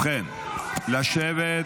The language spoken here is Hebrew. זה מה --- כל היום --- ובכן, לשבת.